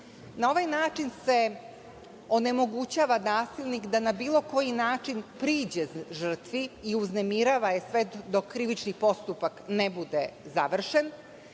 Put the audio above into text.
ovaj način se onemogućava nasilnik da na bilo koji način priđe žrtvi i uznemirava je sve dok krivični postupak ne bude završen.